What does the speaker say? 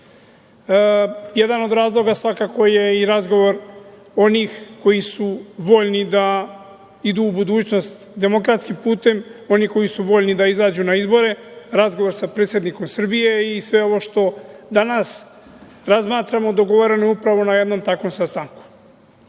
od razloga je svakako i razgovor onih koji su voljni da idu u budućnost demokratskim putem, onih koji su voljni da izađu na izbore, razgovor sa predsednikom Srbije i sve ovo što danas razmatramo, dogovoreno je upravo na jednom takvom sastanku. Sloboda